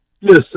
Yes